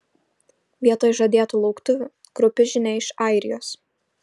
vietoj žadėtų lauktuvių kraupi žinia iš airijos